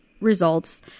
results